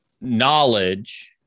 knowledge